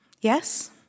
Yes